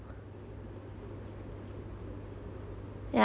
yeah